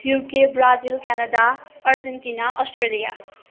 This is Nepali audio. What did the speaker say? UK Brazil Canada Argentina Australia